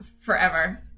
forever